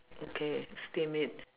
okay steam it